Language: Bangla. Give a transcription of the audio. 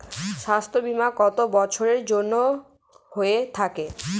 স্বাস্থ্যবীমা কত বছরের জন্য হয়ে থাকে?